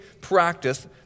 practice